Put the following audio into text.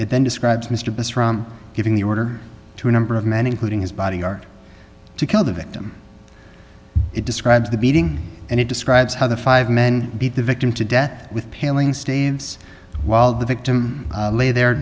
it then describes mr best from giving the order to a number of men including his bodyguard to kill the victim it describes the beating and it describes how the five men beat the victim to death with paling staves while the victim lay there